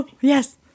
Yes